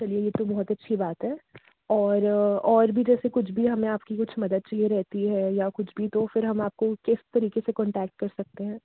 चलिए ये तो बहुत अच्छी बात है और और भी जैसे कुछ भी हमें आपकी कुछ मदद चाहिए रहती है या कुछ भी तो फिर हम आपको किस तरीके से कॉन्टैक्ट कर सकते हैं